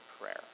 prayer